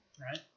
Right